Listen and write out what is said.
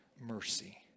mercy